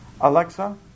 Alexa